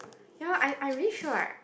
no I really sure right